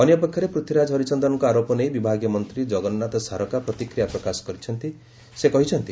ଅନ୍ୟପକ୍ଷରେ ପୂଥୀରାଜ ହରିଚନ୍ଦନଙ୍କ ଆରୋପ ନେଇ ବିଭାଗୀୟ ମନ୍ତୀ ଜଗନ୍ଧାଥ ସାରକା ପ୍ରତିକ୍ରିୟା ପ୍ରକାଶ କରିଛନ୍ତି